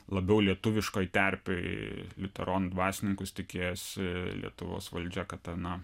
labiau lietuviškoj terpėj liuteronų dvasininkus tikėjosi lietuvos valdžia kad na